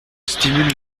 stimule